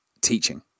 teaching